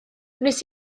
wnes